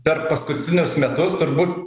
per paskutinius metus turbūt